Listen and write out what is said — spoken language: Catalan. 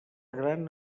gran